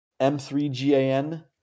M3GAN